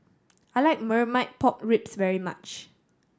I like Marmite Pork Ribs very much